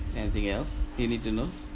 anything else you need to know